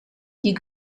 die